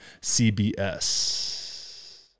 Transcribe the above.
CBS